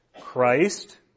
Christ